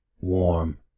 Warm